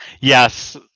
Yes